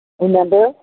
Remember